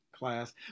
class